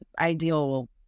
ideal